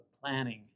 planning